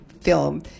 film